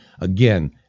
Again